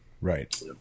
Right